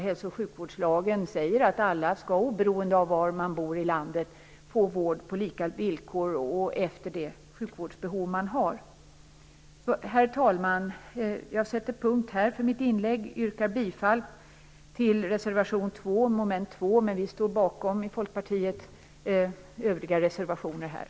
Hälso och sjukvårdslagen säger att alla, oberoende av var de bor i landet, skall få vård på lika villkor utifrån de behov de har. Herr talman! Jag sätter punkt här för mitt inlägg och yrkar bifall till reservation 2, mom. 2, men vi i Folkpartiet står bakom våra övriga reservationer. Tack!